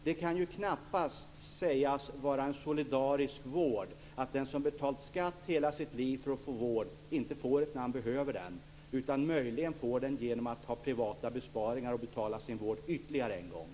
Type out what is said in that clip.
Det kan knappast sägas vara en solidarisk vård att den som betalat skatt hela sitt liv för att få vård inte får det när han behöver det utan möjligen får vård genom privata besparingar och genom att betala för sin vård ytterligare en gång.